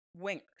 wingers